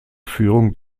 führung